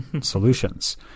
solutions